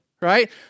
right